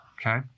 okay